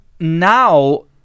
now